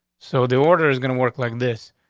so the order is gonna work like this,